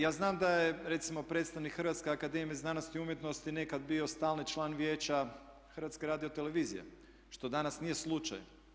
Ja znam da je recimo predstavnik Hrvatske akademije znanosti i umjetnosti nekad bio stalni član Vijeća HRT-a što danas nije slučaj.